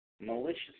malicious